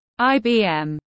IBM